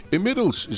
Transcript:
Inmiddels